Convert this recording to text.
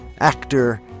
actor